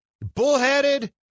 bullheaded